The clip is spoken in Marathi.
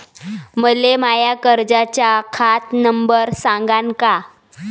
मले माया कर्जाचा खात नंबर सांगान का?